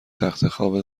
تختخواب